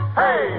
hey